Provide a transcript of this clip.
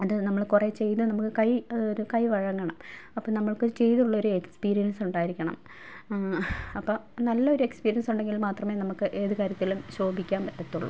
അത് നമ്മൾ കുറെ ചെയ്ത് നമ്മൾ കൈ ഒരു കൈ വഴങ്ങണം അപ്പോൾ നമുക്ക് ചെയ്തുള്ളൊരു എക്സ്പീരിയൻസ് ഉണ്ടായിരിക്കണം അപ്പം നല്ലൊരു എക്സ്പീരിയൻസുണ്ടെങ്കിൽ മാത്രമേ നമുക്ക് ഏത് കാര്യത്തിലും ശോഭിക്കാൻ പറ്റത്തൊള്ളു